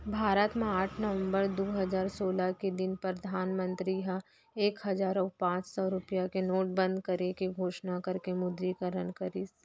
भारत म आठ नवंबर दू हजार सोलह के दिन परधानमंतरी ह एक हजार अउ पांच सौ रुपया के नोट बंद करे के घोसना करके विमुद्रीकरन करिस